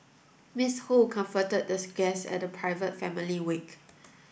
Miss Ho comforted guest at the private family wake